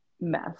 mess